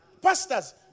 pastors